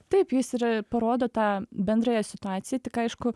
taip jis ir parodo tą bendrąją situaciją tik aišku